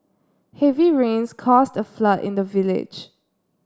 heavy rains caused a flood in the village